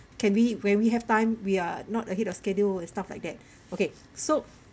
can we when we have time we are not ahead of schedule and stuff like that okay so